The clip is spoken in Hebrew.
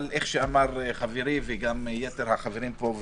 אבל כמו שאמר חברי ויתר החברים פה,